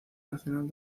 nacional